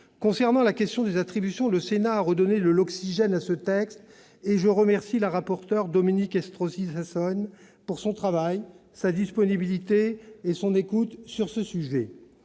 Concernant la question des attributions, le Sénat a redonné de l'oxygène à ce texte. Je remercie Mme la rapporteur Dominique Estrosi Sassone de son travail, de sa disponibilité et de son écoute sur ce sujet.